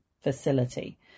facility